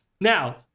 now